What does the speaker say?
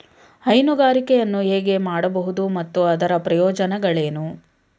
ಹೈನುಗಾರಿಕೆಯನ್ನು ಹೇಗೆ ಮಾಡಬಹುದು ಮತ್ತು ಅದರ ಪ್ರಯೋಜನಗಳೇನು?